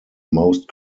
most